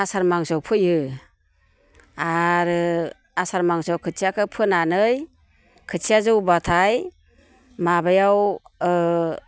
आसार मासआव फोयो आरो आसार मासआव खोथियाखौ फोनानै खोथिया जौबाथाय माबायाव